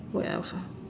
what else ah